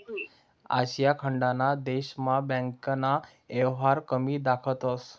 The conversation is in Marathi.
आशिया खंडना देशस्मा बँकना येवहार कमी दखातंस